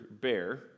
bear